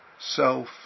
self